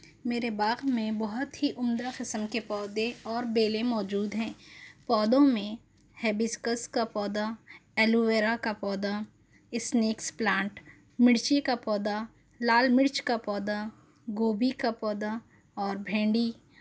میرے باغ میں بہت ہی عمدہ قسم کے پودے اور بیلیں موجود ہیں پودوں میں ہیبسکس کا پودا ایلوویرا کا پودا اسنیکس پلانٹ مرچی کا پودا لال مرچ کا پودا گوبی کا پودا اور بھنڈی